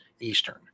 Eastern